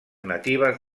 natives